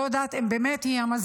לא יודעת אם היא באמת המזוויעה,